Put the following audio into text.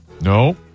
No